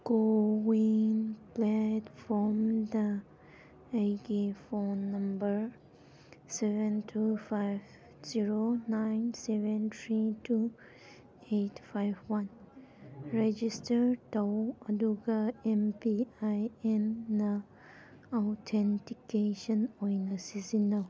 CoWIN ꯄ꯭ꯜꯦꯠꯐꯣꯝꯗ ꯑꯩꯒꯤ phone number seven two five zero nine seven three two eight five one register ꯇꯧ ꯑꯗꯨꯒ M P I ꯑꯦꯟꯅ authentication ꯑꯣꯏꯅ ꯁꯤꯖꯤꯟꯅꯧ